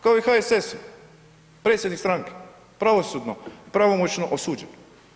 Kao i HSS, predsjednik stranke pravosudno pravomoćno osuđen.